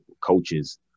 coaches